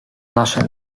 nasze